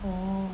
orh